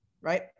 right